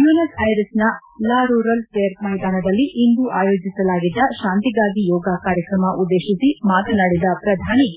Buenos ಐರಿಸ್ನ La Rural fair ಮೈದಾನದಲ್ಲಿ ಇಂದು ಆಯೋಜಿಸಲಾಗಿದ್ದ ಶಾಂತಿಗಾಗಿ ಯೋಗ ಕಾರ್ಕಕ್ರಮ ಉದ್ನೇಶಿಸಿ ಮಾತನಾಡಿದ ಶ್ರಧಾನಿ